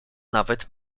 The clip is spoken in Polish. nawet